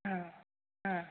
ಹಾಂ ಹಾಂ